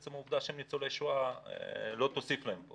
עצם העובדה שהם ניצולי שואה לא תוסיף להם פה